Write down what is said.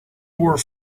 were